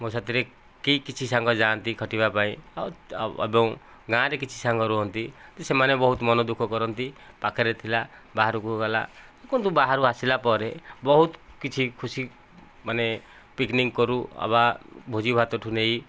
ମୋ ସାଥିରେ କେହି କିଛି ସାଙ୍ଗ ଯାଆନ୍ତି ଖଟିବା ପାଇଁ ଆଉ ଏବଂ ଗାଁ ରେ କିଛି ସାଙ୍ଗ ରହନ୍ତି ଯେ ସେମମାନେ ବହୁତ ମନ ଦୁଃଖ କରନ୍ତି ପାଖରେ ଥିଲା ବାହାରକୁ ଗଲା କିନ୍ତୁ ବାହାରୁ ଆସିଲା ପରେ ବହୁତ କିଛି ଖୁସି ମାନେ ପିକନିକ କରୁ ବା ଭୋଜି ଭାତ ଠୁ ନେଇ